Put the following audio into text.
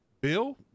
Bill